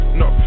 no